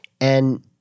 and-